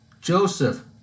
Joseph